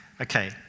Okay